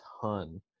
ton